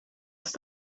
ist